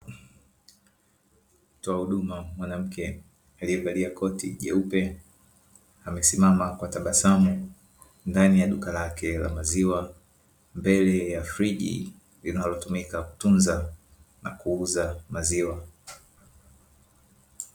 Mtoa huduma mwanamke aliyevalia koti jeupe, amesimama kwa tabasamu ndani ya duka lake la maziwa, mbele ya friji linalotumika kutunza na kuuza maziwa.